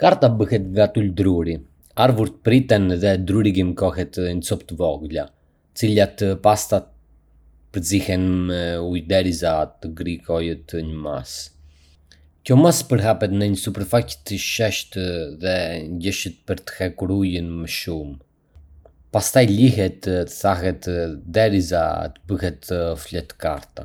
Karta bëhet nga tul druri. Arvurt priten dhe druri grimcohet në copa të vogla, të cilat pastaj përzihen me ujë derisa të krijohet një masë. Kjo masë përhapet në një sipërfaqe të sheshtë dhe ngjeshet për të hequr ujin më shumë, pastaj lihet të thahet derisa të bëhet fletë karta.